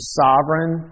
sovereign